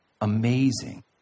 amazing